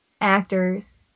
actors